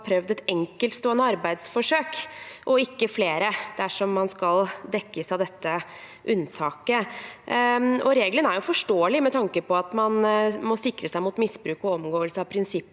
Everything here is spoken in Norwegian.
et enkeltstående arbeidsforsøk og ikke flere dersom man skal dekkes av dette unntaket. Reglen er forståelig med tanke på at man må sikre seg mot misbruk og omgåelse av prinsippet